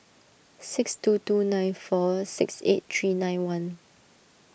six two two nine four six eight three nine one